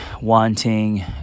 wanting